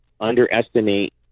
underestimate